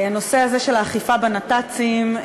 הנושא של האכיפה בנת"צים,